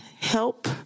help